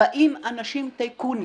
באים אנשים טייקונים,